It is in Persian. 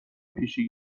پیشی